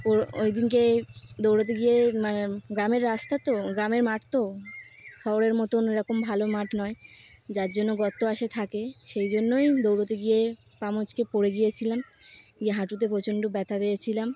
ও ওই দিনকে দৌড়াতে গিয়ে মানে গ্রামের রাস্তা তো গ্রামের মাঠ তো শহরের মতন এরকম ভালো মাঠ নয় যার জন্য গর্ত আসে থাকে সেই জন্যই দৌড়াতে গিয়ে পামচকে পড়ে গিয়েছিলাম গিয়ে হাঁটুতে প্রচণ্ড ব্যথা পেয়েছিলাম